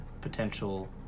potential